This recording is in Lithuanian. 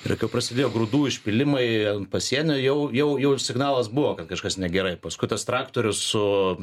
ir prasidėjo grūdų išpylimai pasienio jau jau jau ir signalas buvo kad kažkas negerai paskui tas traktorius su